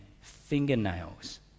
fingernails